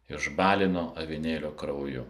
išbalino avinėlio krauju